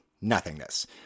nothingness